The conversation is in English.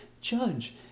judge